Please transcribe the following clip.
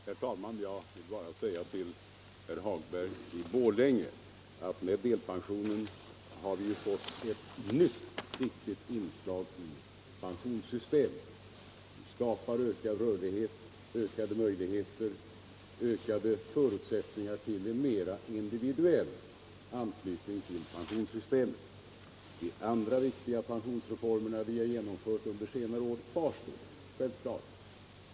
Herr talman! Jag vill bara säga till herr Hagberg i Borlänge att med delpensionen har vi fått ett nytt viktigt inslag i pensionssystemet. Det skapar ökad rörlighet och ökade möjligheter att arbetsinsats och pensioneringstidpunkt anpassas efter individuella behov och önskemål. De andra viktiga pensionsreformerna som vi har genomfört under senare år kvarstår självfallet.